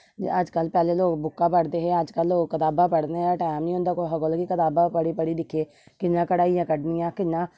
अजकल पैहले लोक बुकां पढदे है अजकल लोक कितावां पढने दा टाइम नेई होंदा कुसे कोल कि कितावां पढ़ी पढ़ी दिक्खचे कियां कढाइयां कढनियां कियां